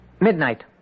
Midnight